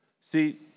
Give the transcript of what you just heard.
See